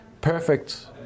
perfect